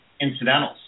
incidentals